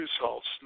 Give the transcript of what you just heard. results